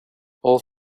all